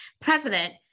president